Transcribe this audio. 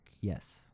Yes